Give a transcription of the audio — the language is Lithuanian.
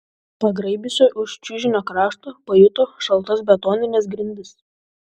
pagraibiusi už čiužinio krašto pajuto šaltas betonines grindis